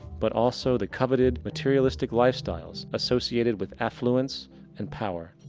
but also the coveted materialistic lifestyle associated with affluence and power.